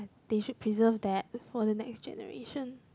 they should preserve that for the next generation